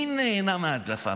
מי נהנה מההדלפה,